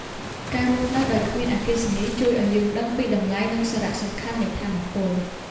ការរស់នៅដោយគ្មានអគ្គិសនី ជួយឱ្យយើងដឹងពីតម្លៃ និងសារៈសំខាន់នៃថាមពល។